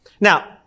Now